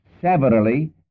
severally